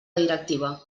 directiva